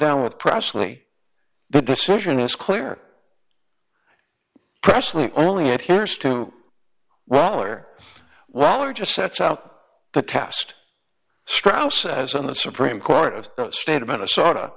down with pressley the decision is clear pressley only appears to well or well or just sets out the test straus as in the supreme court of the state of minnesota